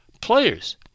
players